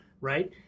right